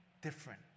different